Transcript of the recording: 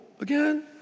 again